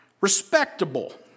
Respectable